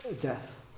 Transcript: death